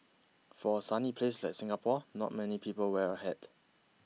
for a sunny place like Singapore not many people wear a hat